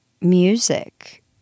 music